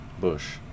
Bush